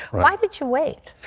why would you wait?